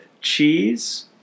cheese